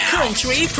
Country